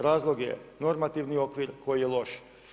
Razlog je normativni okvir koji je loš.